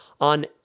on